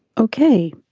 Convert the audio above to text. ok.